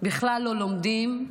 בכלל לא לומדים.